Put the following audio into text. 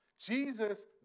Jesus